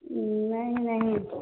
नहीं नहीं